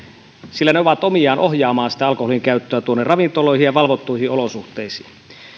sillä ne ovat omiaan ohjaamaan sitä alkoholinkäyttöä tuonne ravintoloihin ja valvottuihin olosuhteisiin